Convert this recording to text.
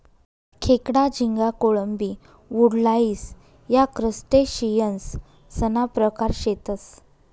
खेकडा, झिंगा, कोळंबी, वुडलाइस या क्रस्टेशियंससना प्रकार शेतसं